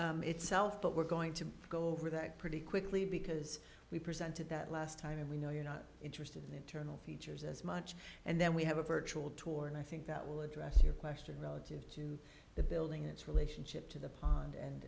itself but we're going to go over that pretty quickly because we presented that last time we know you're not interested in the internal features as much and then we have a virtual tour and i think that will address your question relative to the building its relationship to the pond